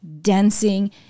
dancing